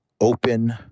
open